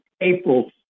April